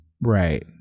right